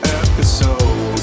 episode